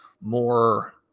more